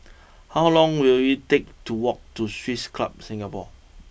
how long will it take to walk to Swiss Club Singapore